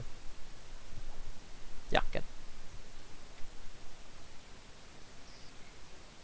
yup yup